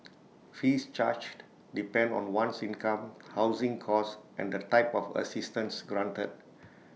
fees charged depend on one's income housing cost and the type of assistance granted